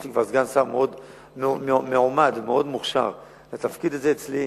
יש לי מועמד לסגן שר, מאוד מוכשר לתפקיד הזה אצלי,